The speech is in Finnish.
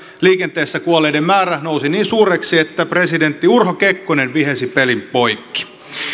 liikenteessä kuolleiden määrä nousi niin suureksi että presidentti urho kekkonen vihelsi pelin poikki